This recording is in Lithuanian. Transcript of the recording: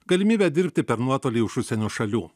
galimybę dirbti per nuotolį iš užsienio šalių